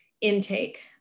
intake